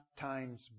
times